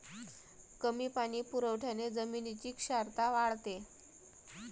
कमी पाणी पुरवठ्याने जमिनीची क्षारता वाढते